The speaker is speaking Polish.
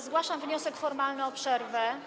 Zgłaszam wniosek formalny o przerwę.